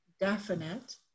definite